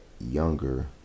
Younger